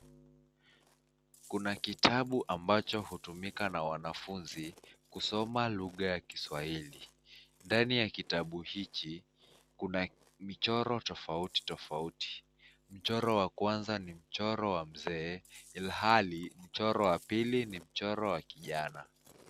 Kuna kitabu ambacho hutumika na wanafuzi kusoma lugha ya kiswahili. Ndani ya kitabu hichi kuna michoro tofauti tofauti. Mchoro wa kwaza ni mchoro wa mzee ilhali mchoro wa pili ni mchoro wa kijana.